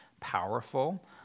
powerful